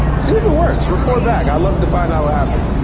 see if it works, report back. i'd love to find out what happened.